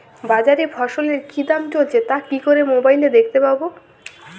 বাজারে ফসলের কি দাম চলছে তা কি করে মোবাইলে দেখতে পাবো?